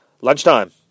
Lunchtime